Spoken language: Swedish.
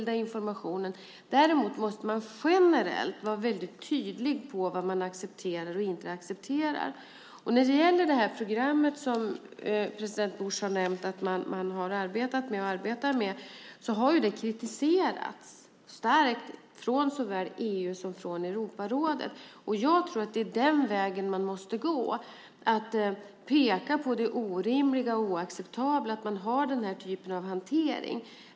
Däremot måste man generellt vara tydlig med vad som accepteras och inte accepteras. När det gäller programmet, som president Bush har nämnt att man har arbetat med och arbetar med, har det starkt kritiserats av såväl EU som Europarådet. Det är den vägen vi måste gå och peka på det orimliga och oacceptabla i den här typen av hantering.